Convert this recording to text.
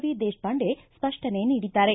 V Deshpande ಸ್ವಷ್ಷನೆ ನೀಡಿದ್ದಾರೆ